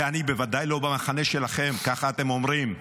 ואני בוודאי לא במחנה שלכם, ככה אתם אומרים,